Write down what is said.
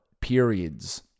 periods